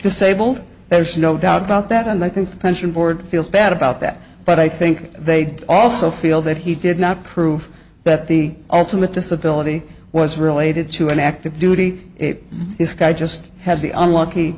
disabled there's no doubt about that and i think the pension board feels bad about that but i think they also feel that he did not prove that the ultimate disability was related to an active duty it is guy just has the unlucky